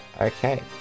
okay